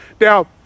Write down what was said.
Now